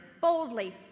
boldly